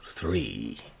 three